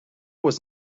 was